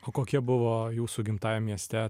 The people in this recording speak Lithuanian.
o kokie buvo jūsų gimtajam mieste